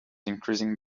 increasing